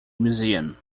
museum